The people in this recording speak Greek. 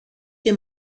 και